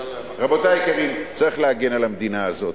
רבותי היקרים, צריך להגן על המדינה הזאת.